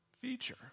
feature